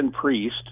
priest